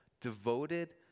devoted